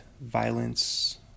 violence